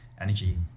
Energy